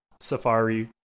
Safari